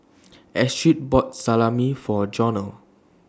Astrid bought Salami For Jonell